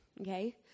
okay